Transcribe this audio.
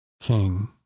King